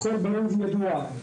הכול ידוע.